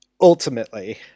ultimately